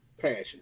passion